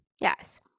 yes